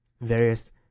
various